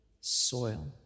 soil